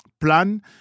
plan